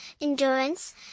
endurance